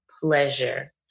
pleasure